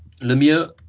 Lemieux